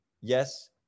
yes